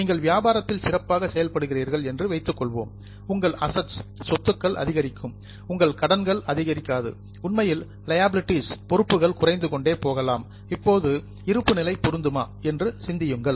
நீங்கள் வியாபாரத்தில் சிறப்பாக செயல்படுகிறீர்கள் என்று வைத்துக் கொள்வோம் உங்கள் அசட்ஸ் சொத்துக்கள் அதிகரிக்கும் உங்கள் கடன்கள் அதிகரிக்காது உண்மையில் லியாபிலிடி பொறுப்புகள் குறைந்து கொண்டே போகலாம் இப்போது இருப்புநிலை பொருந்துமா என்று சிந்தியுங்கள்